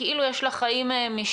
שכאילו יש לה חיים משלה,